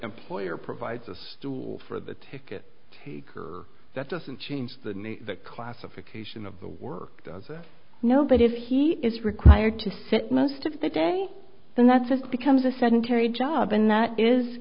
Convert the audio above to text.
employer provides a stool for the ticket taker that doesn't change the name classification of the work no but if he is required to sit most of the day then that's it becomes a sedentary job and that is